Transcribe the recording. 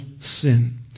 sin